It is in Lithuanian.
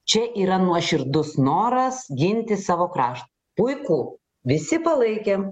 čia yra nuoširdus noras ginti savo kraš puiku visi palaikėm